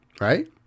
Right